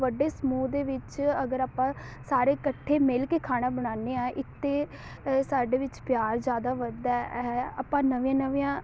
ਵੱਡੇ ਸਮੂਹ ਦੇ ਵਿੱਚ ਅਗਰ ਆਪਾਂ ਸਾਰੇ ਇਕੱਠੇ ਮਿਲ ਕੇ ਖਾਣਾ ਬਣਾਉਂਦੇ ਹਾਂ ਇੱਕ ਤਾਂ ਸਾਡੇ ਵਿੱਚ ਪਿਆਰ ਜ਼ਿਆਦਾ ਵੱਧਦਾ ਹੈ ਹੈ ਆਪਾਂ ਨਵੀਆਂ ਨਵੀਆਂ